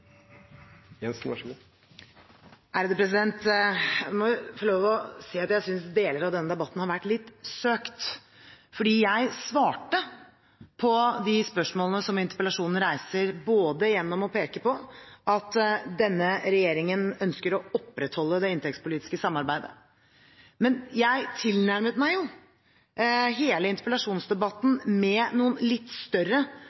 Jeg må få lov til å si at jeg synes deler av denne debatten har vært litt søkt, for jeg svarte på de spørsmålene som interpellasjonen reiser, gjennom å peke på at denne regjeringen ønsker å opprettholde det inntektspolitiske samarbeidet. Men jeg tilnærmet meg hele interpellasjonsdebatten med noen litt større